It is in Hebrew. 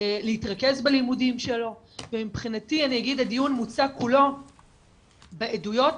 להתרכז בלימודים שלו ומבחינתי אני אגיד הדיון מוצק כולו בעדויות,